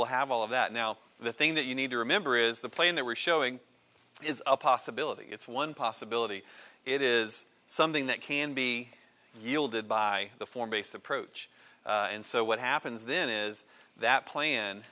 we'll have all of that now the thing that you need to remember is the plane that we're showing is a possibility it's one possibility it is something that can be yielded by the form based approach and so what happens then is that pla